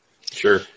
Sure